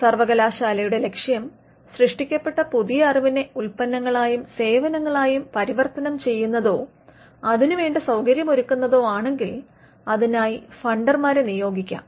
സർവകലാശാലയുടെ ലക്ഷ്യം സൃഷ്ടിക്കപ്പെട്ട പുതിയ അറിവിനെ ഉത്പന്നങ്ങളായും സേവനങ്ങളായും പരിവർത്തനം ചെയ്യുന്നതോ അതിന് വേണ്ട സൌകര്യമൊരുക്കുന്നതോ ആണെങ്കിൽ അതിനായി ഫണ്ടർമാരെ നിയോഗിക്കാം